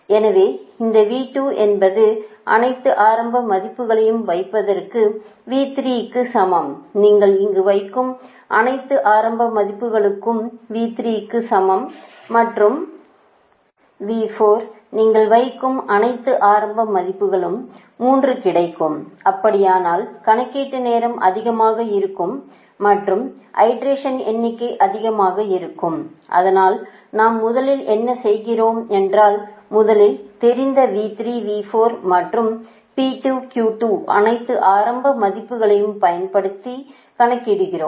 எனவே இந்த V2 என்பது அனைத்து ஆரம்ப மதிப்புகளையும் வைப்பதற்கு V3 க்கு சமம் நீங்கள் இங்கு வைக்கும் அனைத்து ஆரம்ப மதிப்புகளுக்கும் V3 க்கு சமம் மற்றும் V4 நீங்கள் வைக்கும் அனைத்து ஆரம்ப மதிப்புகளும் 3 கிடைக்கும் அப்படியானால் கணக்கீட்டு நேரம் அதிகமாக இருக்கும் மற்றும் ஐட்ரேஷன்களின் எண்ணிக்கை அதிகமாக இருக்கும் அதனால் நாம் முதலில் என்ன செய்கிறோம் என்றாள் முதலில் தெரிந்த V3 V4 மற்றும் P2 Q2 அனைத்து ஆரம்ப மதிப்புகளையும் பயன்படுத்தி கணக்கிடுகிறோம்